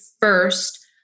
first